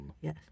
Yes